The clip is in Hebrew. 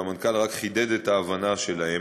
והמנכ״ל רק חידד את ההבנה שלהם,